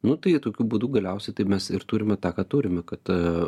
nu tai tokiu būdu galiausiai tai mes ir turime tą ką turime kad